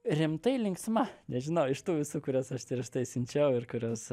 rimtai linksma nežinau iš tų visų kurias aš prieš tai siunčiau ir kurios